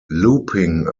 looping